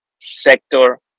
sector